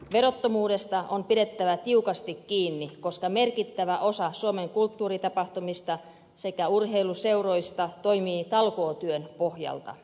verottomuudesta on pidettävä tiukasti kiinni koska merkittävä osa suomen kulttuuritapahtumista sekä urheiluseuroista toimii talkootyön pohjalta